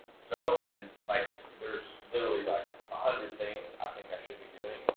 so, and like there's literally like a hundred things i think i should be doing,